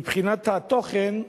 מבחינת התוכן,